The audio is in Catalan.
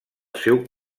seu